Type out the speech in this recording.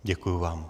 Děkuju vám.